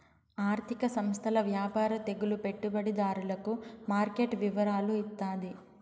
ఆర్థిక సంస్థల వ్యాపార తెలుగు పెట్టుబడిదారులకు మార్కెట్ వివరాలు ఇత్తాది